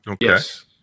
Yes